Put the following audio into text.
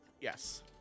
Yes